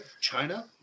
China